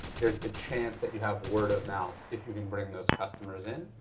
there's the chance that you have word-of-mouth if you can bring those customers in.